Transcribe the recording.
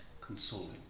consoling